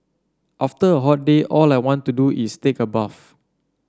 after a hot day all I want to do is take a bath